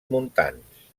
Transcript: muntants